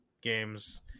games